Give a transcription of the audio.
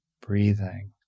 breathing